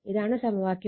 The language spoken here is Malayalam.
ഇതാണ് സമവാക്യം